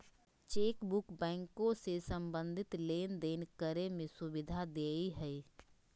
chequebook बैंको से संबंधित लेनदेन करे में सुविधा देय हइ